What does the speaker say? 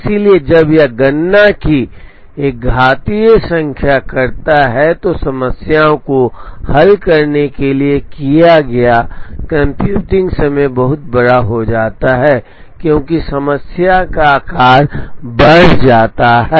इसलिए जब यह गणना की एक घातीय संख्या करता है तो समस्या को हल करने के लिए लिया गया कंप्यूटिंग समय बहुत बड़ा हो जाता है क्योंकि समस्या का आकार बढ़ जाता है